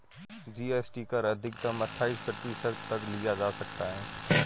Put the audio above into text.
GST कर अधिकतम अठाइस प्रतिशत तक लिया जा सकता है